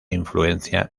influencia